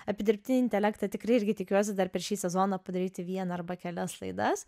apie dirbtinį intelektą tikrai irgi tikiuosi dar per šį sezoną padaryti vieną arba kelias laidas